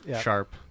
sharp